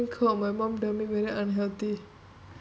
don't drink coke my mum tell me very unhealthy